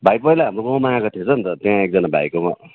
भाइ पहिला हाम्रो गाउँमा आएको थिएछ नि त्यहाँ एकजना भाइकोमा